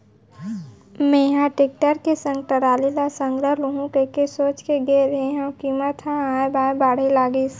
मेंहा टेक्टर के संग टराली ल संघरा लुहूं कहिके सोच के गे रेहे हंव कीमत ह ऑय बॉय बाढ़े लगिस